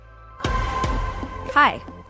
Hi